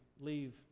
leave